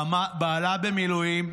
בעלה במילואים.